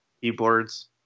keyboards